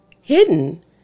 hidden